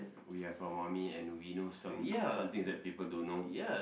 we have our mummy and we know some some things that people don't know